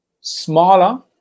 smaller